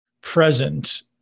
present